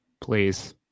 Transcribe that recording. Please